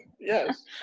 Yes